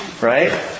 Right